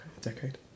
decade